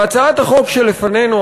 והצעת החוק שלפנינו,